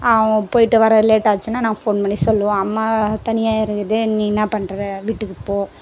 அவன் போயிட்டு வர லேட்டாச்சுன்னா நான் ஃபோன் பண்ணி சொல்லுவேன் அம்மா தனியாக இருக்குது நீ என்ன பண்ணுற வீட்டுக்கு போ